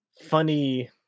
funny